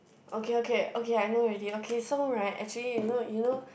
okay okay okay I know already okay so right actually you know you know